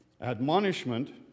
admonishment